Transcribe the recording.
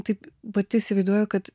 taip pati įsivaizduoju kad